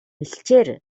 бэлчээр